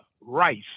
rice